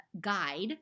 guide